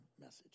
message